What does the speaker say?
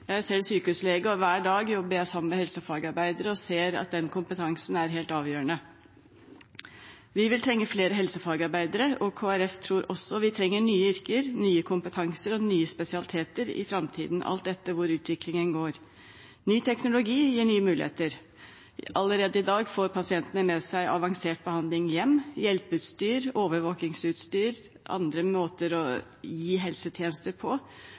selv sykehuslege. Hver dag jobber jeg sammen med helsefagarbeidere og ser at den kompetansen er helt avgjørende. Vi vil trenge flere helsefagarbeidere. Kristelig Folkeparti tror også vi trenger nye yrker, nye kompetanser og nye spesialiteter i framtiden, alt etter hvor utviklingen går. Ny teknologi gir nye muligheter. Allerede i dag får pasientene med seg avansert behandling hjem – hjelpeutstyr, overvåkingsutstyr, andre måter å gi helsetjenester på.